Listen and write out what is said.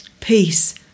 Peace